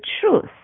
truth